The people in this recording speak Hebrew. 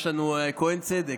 יש לנו כהן צדק,